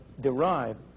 derived